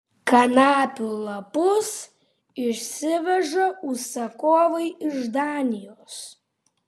kanapių lapus išsiveža užsakovai iš danijos